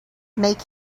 make